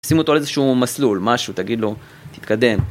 שימו אותו על איזה שהוא מסלול, משהו, תגיד לו, תתקדם.